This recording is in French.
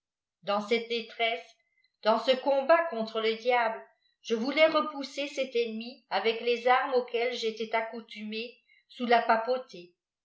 dans celle détresse dans re combat contre le diable je voulais repousser cet ennemi avec les armes auvquelles jelais accoutumé sous la papauté